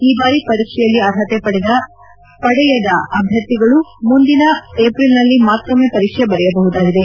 ಈ ಬಾರಿ ಪರೀಕ್ಷೆಯಲ್ಲಿ ಅರ್ಹತೆ ಪಡೆಯದ ಅಭ್ವರ್ಥಿಗಳು ಮುಂದಿನ ಏಪ್ರಿಲ್ನಲ್ಲಿ ಮತ್ತೊಮ್ನೆ ಪರೀಕ್ಷೆ ಬರೆಯಬಹುದಾಗಿದೆ